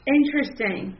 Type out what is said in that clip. interesting